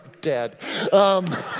Dead